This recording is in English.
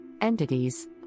Entities